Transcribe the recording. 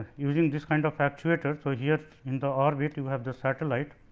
using this kind of actuator so, here in the orbit you have the satellite